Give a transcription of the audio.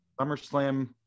SummerSlam